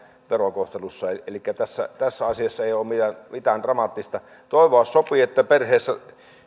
verokohtelussa elikkä tässä tässä asiassa ei ole mitään dramaattista toivoa sopii että perheessä